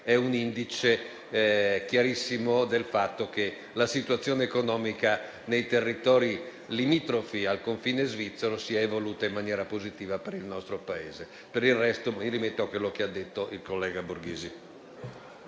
è un indice chiarissimo del fatto che la situazione economica nei territori limitrofi al confine svizzero si sia evoluta in maniera positiva per il nostro Paese. Per il resto mi rimetto a quanto detto dal collega Borghesi.